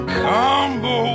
combo